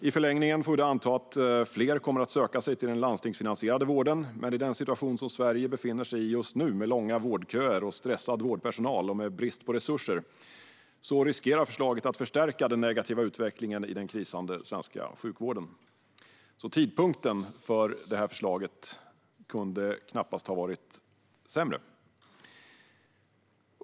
I förlängningen får vi då anta att fler kommer att söka sig till den landstingsfinansierade vården. Men i den situation som Sverige befinner sig just nu, med långa vårdköer, stressad vårdpersonal och brist på resurser, riskerar förslaget att förstärka den negativa utvecklingen i den krisande svenska sjukvården. Tidpunkten för detta förslag kunde alltså knappast vara sämre.